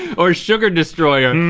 or sugar destroyer.